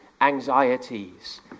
anxieties